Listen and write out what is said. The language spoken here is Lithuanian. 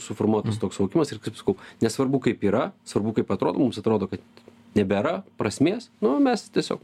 suformuotas toks suvokimas ir kaip sakau nesvarbu kaip yra svarbu kaip atrodo mums atrodo kad nebėra prasmės nu mes tiesiog